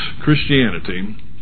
Christianity